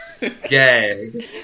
gag